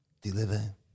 deliver